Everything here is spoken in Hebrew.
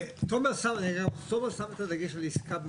תומר, שמת דגש על עסקה במקרקעין.